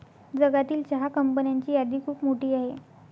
जगातील चहा कंपन्यांची यादी खूप मोठी आहे